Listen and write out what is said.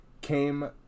came